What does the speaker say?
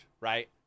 right